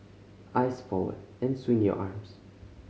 eyes forward and swing your arms